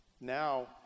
now